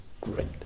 great